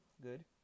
good